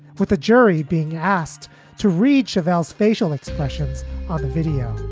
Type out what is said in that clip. with the jury being asked to reach avowals facial expressions on the video